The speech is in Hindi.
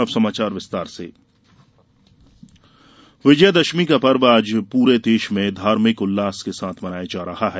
अब समाचार विस्तार से विजयादशमी विजय दशमी का पर्व आज पूरे देश में धार्मिक उल्लास के साथ मनाया जा रहा है